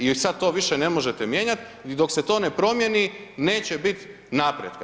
I sad to više ne možete mijenjati i dok se to ne promjeni, neće biti napretka.